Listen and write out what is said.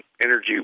energy